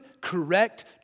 correct